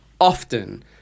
often